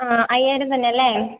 ആ അയ്യായിരം തന്നെ അല്ലേ